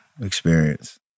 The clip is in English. experience